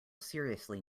seriously